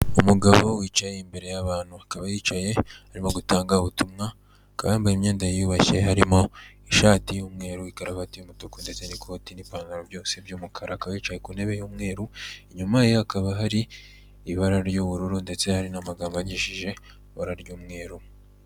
Umugabo wicaye imbere y'abantu akaba yicaye arimo gutanga ubutumwa, akaba yambaye imyenda yiyubashye harimo ishati y'umweru, ikaruvati y'umutuku, ndetse n'ikoti, n'ipantaro byose by'umukara, akaba yicaye ku ntebe y'umweru, inyuma ye hakaba hari ibara ry'ubururu ndetse hari n'amagambo yandikishije ibara ry'umweru.